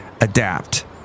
adapt